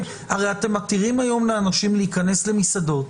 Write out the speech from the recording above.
הרי אתם מתירים היום לאנשים להיכנס למסעדות,